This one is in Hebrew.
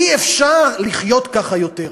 אי-אפשר לחיות ככה יותר.